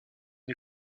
des